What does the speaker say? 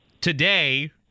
Today